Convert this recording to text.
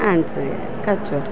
ಹ್ಯಾಂಡ್ಸ್ಗೆ Kutch work